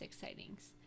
sightings